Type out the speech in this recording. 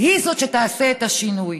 היא זאת שתעשה את השינוי.